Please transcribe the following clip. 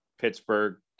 Pittsburgh